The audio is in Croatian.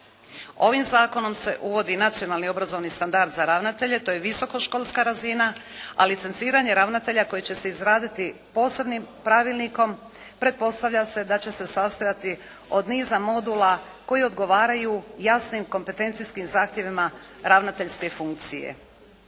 Ovim zakonom se uvodi Nacionalni obrazovni standard za ravnatelje. To je visoko-školska razina, a licenciranje ravnatelja koje će se izraditi posebnim pravilnikom pretpostavlja se da će se sastojati od niza modula koji odgovaraju jasnim kompetencijskim zahtjevima ravnateljske funkcije.